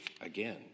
again